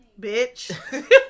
bitch